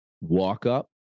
walk-up